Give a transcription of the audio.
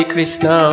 Krishna